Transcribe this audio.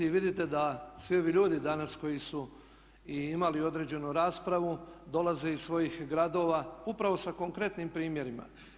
Vidite da svi ovi ljudi danas koji su imali određenu raspravu dolaze iz svojih gradova upravo sa konkretnim primjerima.